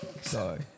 Sorry